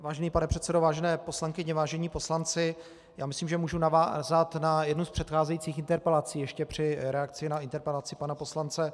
Vážený pane předsedo, vážené poslankyně, vážení poslanci, myslím, že můžu navázat na jednu z předcházejících interpelací ještě při reakci na interpelaci pana poslance.